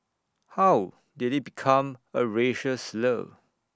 how did IT become A racial slur